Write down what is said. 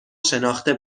شناخته